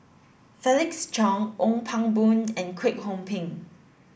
Felix Cheong Ong Pang Boon and Kwek Hong Png